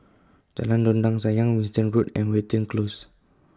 Jalan Dondang Sayang Winstedt Road and Watten Close